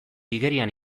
igerian